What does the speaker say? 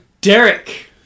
Derek